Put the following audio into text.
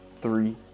three